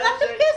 שאלה של כסף?